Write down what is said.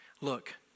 look